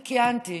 אני כיהנתי